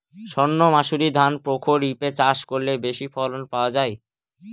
সর্ণমাসুরি ধান প্রক্ষরিপে চাষ করলে বেশি ফলন পাওয়া যায়?